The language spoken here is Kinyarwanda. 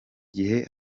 gihe